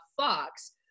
Fox